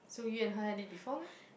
so you and her date before meh